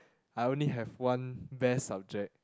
I only have one best subject